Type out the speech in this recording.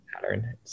pattern